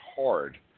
hard